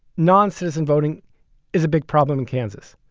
non-citizen voting is a big problem in kansas,